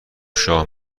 شاه